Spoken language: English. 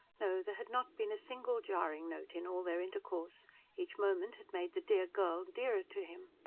no, there had not been a single jarring note in all their intercourse each moment had made the dear girl dearer to him.